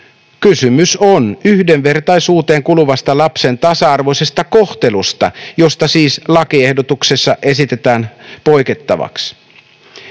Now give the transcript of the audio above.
Kysymys on yhdenvertaisuuteen kuuluvasta lapsen tasa-arvoisesta kohtelusta, josta siis lakiehdotuksessa esitetään poikettavaksi.